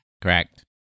Correct